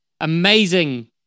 amazing